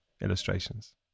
illustrations